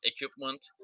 equipment